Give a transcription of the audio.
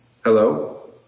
Hello